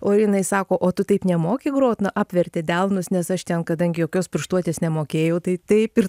o jinai sako o tu taip nemoki grot na apvertė delnus nes aš ten kadangi jokios pirštuotės nemokėjau tai taip ir